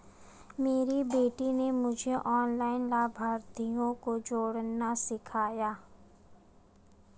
मेरी बेटी ने मुझे ऑनलाइन लाभार्थियों को जोड़ना सिखाया